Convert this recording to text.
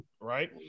right